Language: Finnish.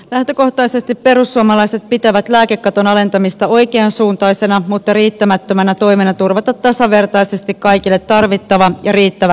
lähtökohtaisesti perussuomalaiset pitävät lääkekaton alentamista oikeansuuntaisena mutta riittämättömänä toimena turvata tasavertaisesti kaikille tarvittava ja riittävä lääkehoito